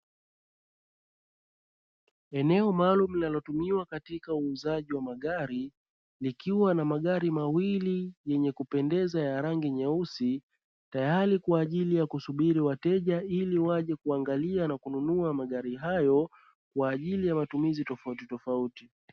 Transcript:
Eneo maalumu linalotumiwa katika uuzaji wa magari likiwa na magari mawili yenye kupendeza ya rangi nyeusi, tayari kwa ajili ya kusubiri wateja ili waje kuangalia na kununua magari hayo kwa ajili ya matumizi tofautitofauti.